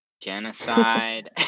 genocide